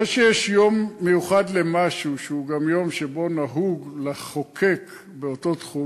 זה שיש יום מיוחד למשהו שהוא גם יום שבו נהוג לחוקק באותו תחום,